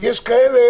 יש כאלה